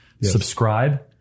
Subscribe